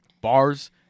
bars